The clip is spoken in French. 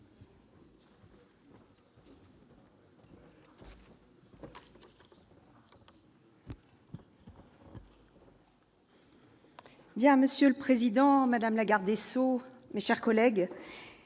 Monsieur le président, madame la garde des sceaux, mes chers collègues,